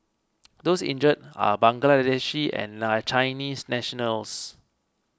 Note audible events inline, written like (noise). those injured are Bangladeshi and (unintelligible) Chinese nationals